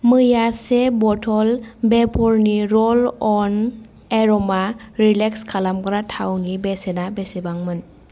मैया से बथ'ल वेप'रनि र'ल अन एर'मा रिलेक्स खालामग्रा थावनि बेसेना बेसेबांमोन